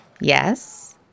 Yes